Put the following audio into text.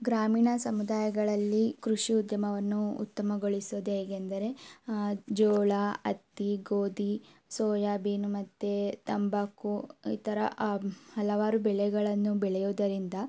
ಗ್ರಾಮೀಣ ಸಮುದಾಯಗಳಲ್ಲಿ ಕೃಷಿ ಉದ್ಯಮವನ್ನು ಉತ್ತಮಗೊಳಿಸುದು ಹೇಗೆಂದರೆ ಜೋಳ ಹತ್ತಿ ಗೋಧಿ ಸೋಯಾಬೀನ್ ಮತ್ತು ತಂಬಾಕು ಇತರ ಹಲವಾರು ಬೆಳೆಗಳನ್ನು ಬೆಳೆಯುದರಿಂದ